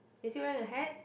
is he wearing a hat